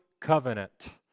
covenant